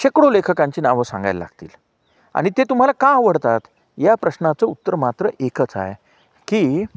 शेकडो लेखकांची नावं सांगायला लागतील आणि ते तुम्हाला का आवडतात या प्रश्नाचं उत्तर मात्र एकच हाय की